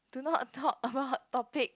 do not talk about topic